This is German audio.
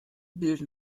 bilden